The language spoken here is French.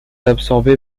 absorbé